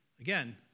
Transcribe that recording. Again